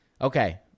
Okay